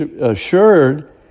assured